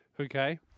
Okay